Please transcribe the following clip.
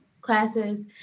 classes